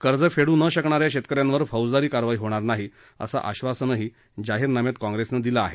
कर्ज फेड् न शकणा या शेतक यांवर फौजदारी कारवाई होणार नाही असं आश्चासनही जाहीर नाम्यात काँग्रेसनं दिलं आहे